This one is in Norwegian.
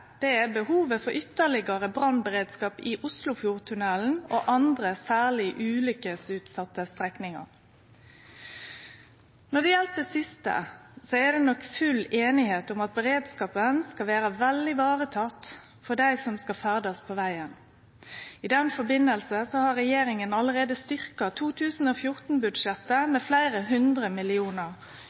andre er behovet for ytterlegare brannberedskap i Oslofjordtunnelen og andre særleg ulykkesutsette strekningar. Når det gjeld det siste, er det nok full einigheit om at beredskapen skal vere vel vareteken for dei som skal ferdast på vegen. I den samanhengen har regjeringa allereie styrkt 2014-budsjettet med fleire hundre millionar